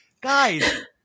guys